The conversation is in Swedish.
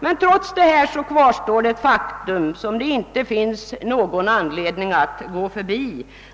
Men trots detta kvarstår — och det är ett faktum som det inte finns någon anledning att gå förbi —